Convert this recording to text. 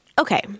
Okay